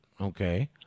okay—